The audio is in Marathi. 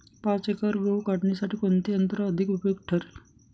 पाच एकर गहू काढणीसाठी कोणते यंत्र अधिक उपयुक्त ठरेल?